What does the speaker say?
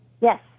Yes